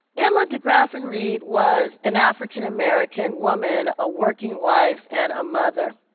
emma degraffenreid was an african-american woman, a working wife and a mother.